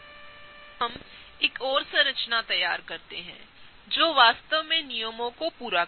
तो अब हम एक और संरचना तैयार करते हैं जो वास्तव में नियमों को पूरा करेगी